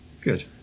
Good